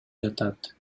жатат